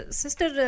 sister